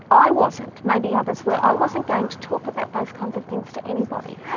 i wasn't, maybe others were, i wasn't game to talk about those kinds of things to anybody.